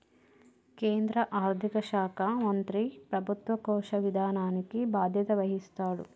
కేంద్ర ఆర్థిక శాఖ మంత్రి ప్రభుత్వ కోశ విధానానికి బాధ్యత వహిస్తాడు